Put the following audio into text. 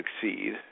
succeed